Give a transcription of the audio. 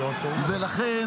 ולכן,